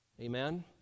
Amen